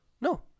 No